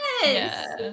Yes